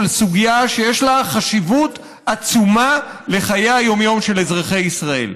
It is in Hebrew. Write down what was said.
על סוגיה שיש לה חשיבות עצומה לחיי היום-יום של אזרחי ישראל.